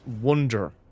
wonder